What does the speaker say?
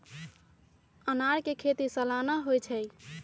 अनारकें खेति सलाना होइ छइ